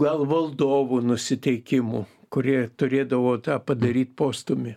gal valdovų nusiteikimų kurie turėdavo tą padaryt postūmį